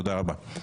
תודה רבה.